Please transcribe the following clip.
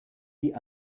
die